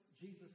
Jesus